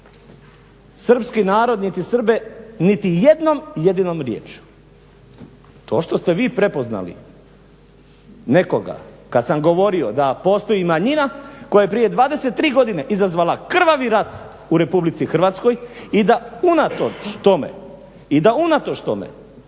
srpski narod niti Srbe niti jednom jedinom riječju. To što ste vi prepoznali nekoga kada sam govorio da postoji manjina koja je prije 23 godine izazvala krvavi rat u RH i da unatoč tome mi kao